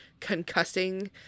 concussing